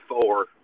Four